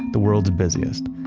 the world's busiest.